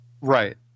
right